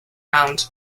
round